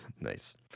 Nice